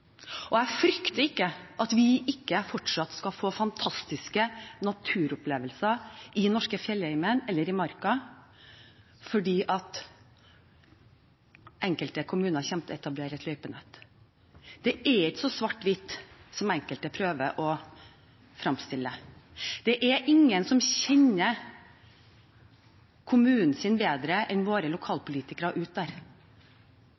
Og jeg frykter ikke at vi ikke fortsatt skal få fantastiske naturopplevelser i den norske fjellheimen eller i marka selv om enkelte kommuner kommer til å etablere et løypenett. Det er ikke så svart-hvitt som enkelte prøver å fremstille det som. Det er ingen som kjenner kommunen sin bedre enn våre lokalpolitikere der ute.